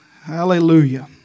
Hallelujah